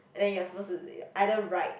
then you're supposed to either write